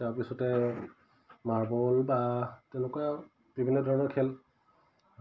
তাৰপিছতে মাৰ্বল বা তেনেকুৱা বিভিন্ন ধৰণৰ খেল